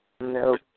No